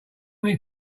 many